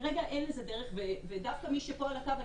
כרגע אין לזה דרך ודווקא מי שפה על הקו,